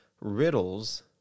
riddles